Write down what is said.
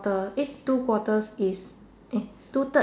err eight two quarters is eh two third